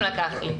עסאקלה.